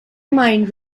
mind